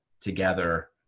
together